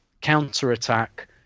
counter-attack